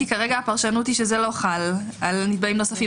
כי כרגע הפרשנות היא שזה לא חל על נתבעים נוספים.